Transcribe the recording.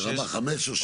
ברמה חמש או שש.